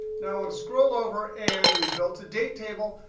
now let's scroll over, and we built a date table.